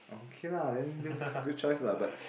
okay lah then this is good choice lah but